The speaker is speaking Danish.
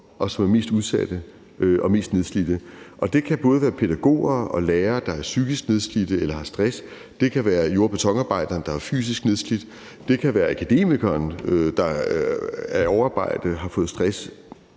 og som er mest udsatte og mest nedslidte. Det kan både være pædagoger og lærere, der er psykisk nedslidte eller har stress; det kan være jord- og betonarbejderen, der er fysisk nedslidt; det kan være akademikeren, der af overarbejde har fået stress.